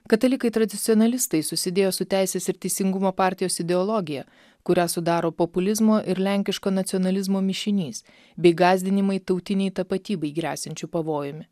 katalikai tradicionalistai susidėjo su teisės ir teisingumo partijos ideologija kurią sudaro populizmo ir lenkiško nacionalizmo mišinys bei gąsdinimai tautinei tapatybei gresiančiu pavojumi